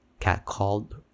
catcalled